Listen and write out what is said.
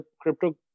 crypto